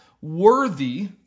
worthy